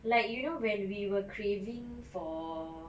like you know when we were craving for